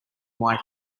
white